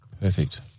Perfect